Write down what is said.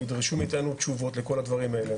ויבקשו מאתנו תשובות על כל הדברים האלה.